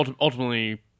ultimately